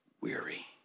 weary